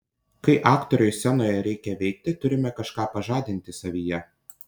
kai aktoriui scenoje reikia veikti turime kažką pažadinti savyje